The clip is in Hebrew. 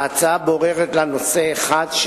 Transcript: ההצעה בוררת לה נושא אחד,